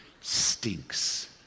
stinks